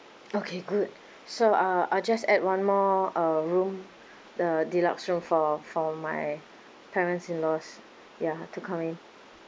okay good so uh I'll just add one more uh room the deluxe room for for my parents in laws ya to come in